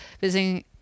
visiting